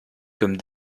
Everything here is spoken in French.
comme